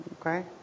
Okay